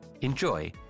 Enjoy